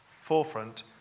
forefront